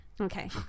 Okay